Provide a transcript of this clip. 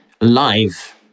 live